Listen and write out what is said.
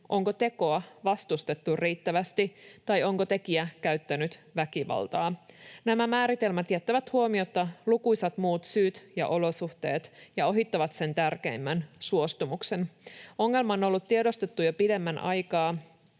onko tekoa vastustettu riittävästi tai onko tekijä käyttänyt väkivaltaa. Nämä määritelmät jättävät huomiotta lukuisat muut syyt ja olosuhteet ja ohittavat sen tärkeimmän: suostumuksen. Ongelma on tiedostettu jo pidemmän aikaa,